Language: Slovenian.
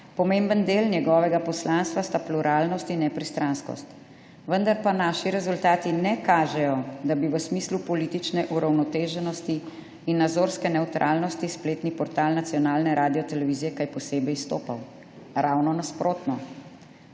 Pomemben del njegovega poslanstva sta pluralnost in nepristranskost, vendar pa naši rezultati ne kažejo, da bi v smislu politične uravnoteženosti in nazorske nevtralnosti spletni portal nacionalne radiotelevizije kaj posebej izstopal. Ravno nasprotno.